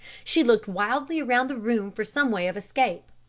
she looked wildly round the room for some way of escape,